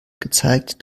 gezeigt